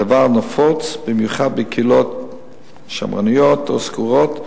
הדבר נפוץ במיוחד בקהילות שמרניות או סגורות,